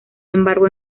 embargo